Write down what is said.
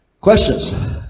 Questions